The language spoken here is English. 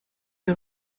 you